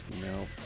no